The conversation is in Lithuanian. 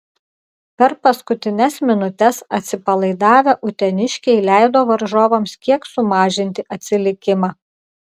per paskutines minutes atsipalaidavę uteniškiai leido varžovams kiek sumažinti atsilikimą